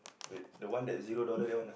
wait that one that zero dollars that one lah